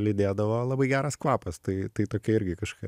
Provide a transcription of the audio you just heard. lydėdavo labai geras kvapas tai tai tokia irgi kažkokia